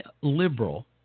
liberal